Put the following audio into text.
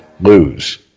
lose